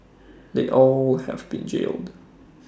they all have been jailed